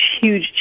huge